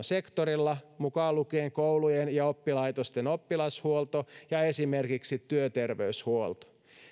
sektorilla mukaan lukien koulujen ja oppilaitosten oppilashuolto ja esimerkiksi työterveyshuolto